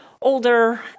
older